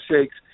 shakes